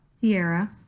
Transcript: Sierra